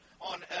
on